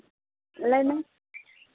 ᱞᱟᱹᱭ ᱢᱮ